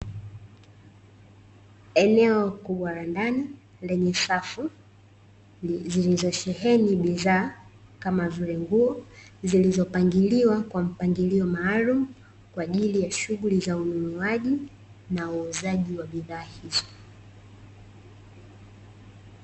Eneo kubwa la ndani lenye safu, zilizosheheni bidhaa kama vile nguo, zilizopangiliwa kwa mpangilio maalumu, kwa ajili ya shughuli za ununuaji na uuzaji wa bidhaa hizo.